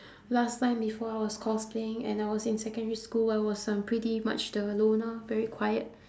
last time before I was cosplaying and I was in secondary school I was um pretty much the loner very quiet